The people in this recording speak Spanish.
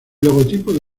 logotipo